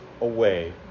away